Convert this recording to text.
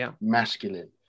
masculine